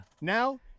Now